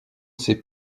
ces